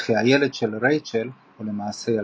וכי הילד של רייצ'ל הוא למעשה ילדה.